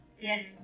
Yes